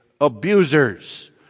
abusers